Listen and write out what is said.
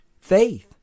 faith